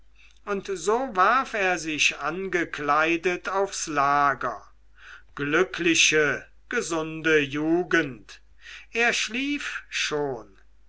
und so warf er sich angekleidet aufs lager glückliche gesunde jugend er schlief schon